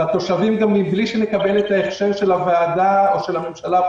גם מבלי שנקבל את ההכשר של הוועדה או של הממשלה,